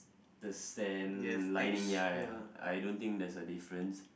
the sand lining ya ya I don't think there's a difference